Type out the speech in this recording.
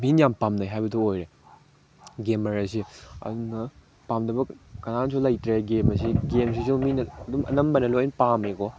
ꯃꯤꯅ ꯌꯥꯝ ꯄꯥꯝꯅꯩ ꯍꯥꯏꯕꯗꯨ ꯑꯣꯏꯔꯦ ꯒꯦꯝꯃꯔ ꯑꯁꯤ ꯑꯗꯨꯅ ꯄꯥꯝꯗꯕ ꯀꯅꯥꯁꯨ ꯂꯩꯇ꯭ꯔꯦ ꯒꯦꯝ ꯑꯁꯤ ꯒꯦꯝꯁꯤꯁꯨ ꯃꯤꯅ ꯑꯗꯨꯝ ꯑꯅꯝꯕꯅ ꯂꯣꯏ ꯄꯥꯝꯃꯦꯀꯣ